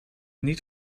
niet